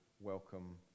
welcome